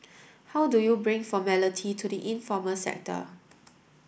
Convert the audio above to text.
how do you bring formality to the informal sector